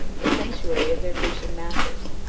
the sanctuary of their grecian masters.